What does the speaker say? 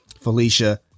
Felicia